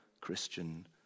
Christian